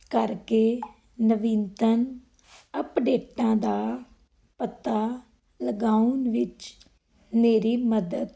ਕਰਕੇ ਨਵੀਨਤਨ ਅਪਡੇਟਾਂ ਦਾ ਪਤਾ ਲਗਾਉਣ ਵਿੱਚ ਮੇਰੀ ਮਦਦ